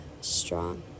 strong